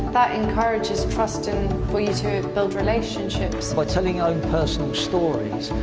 that encourages trust and for you to build relationships. by telling ah personal stories,